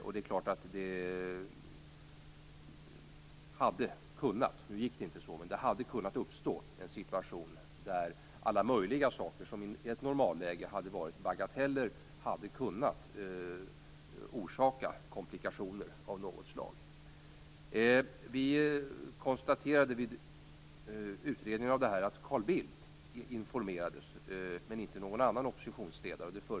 Nu inträffade inte denna, men det hade kunnat uppstå en situation där alla möjliga saker som i ett normalläge skulle ha varit bagateller hade kunnat orsaka komplikationer av något slag. Vi konstaterade vid utredningen av det här att Carl Bildt men inte någon annan oppositionsledare informerades.